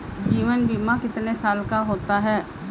जीवन बीमा कितने साल का होता है?